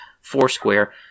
Foursquare